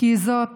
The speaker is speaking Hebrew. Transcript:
כי זאת